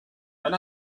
and